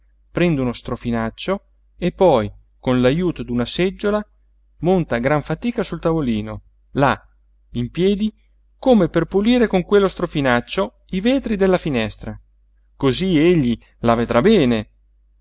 prende uno strofinaccio e poi con l'ajuto d'una seggiola monta a gran fatica sul tavolino là in piedi come per pulire con quello strofinaccio i vetri della finestra cosí egli la vedrà bene